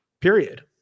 period